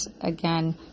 again